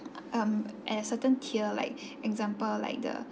um at a certain tier like example like the